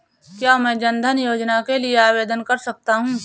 क्या मैं जन धन योजना के लिए आवेदन कर सकता हूँ?